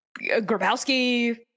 Grabowski